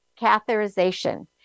catheterization